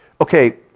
Okay